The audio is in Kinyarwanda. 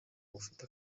ufite